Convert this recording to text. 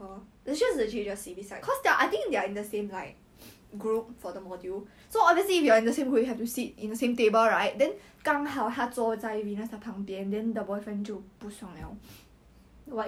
means her clique must only have girls 不可以有男孩子 leh ya bro is like um dot dot dot and it's not like she's gonna be the only girl in the clique